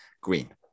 green